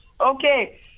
Okay